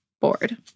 board